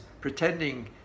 pretending